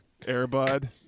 Airbud